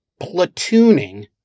platooning